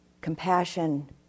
compassion